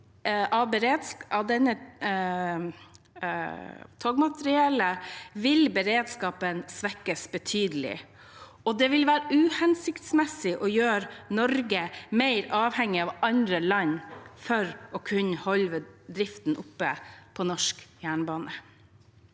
av togmateriellet vil beredskapen svekkes betydelig. Det vil være uhensiktsmesig å gjøre Norge mer avhengig av andre land for å kunne holde driften oppe på norsk jernbane.